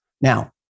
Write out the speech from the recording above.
Now